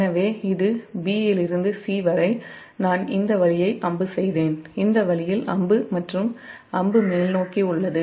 எனவே இது b to c நான் இந்த வழியை அம்பு செய்தேன் இந்த வழியில் அம்பு மேல் நோக்கி உள்ளது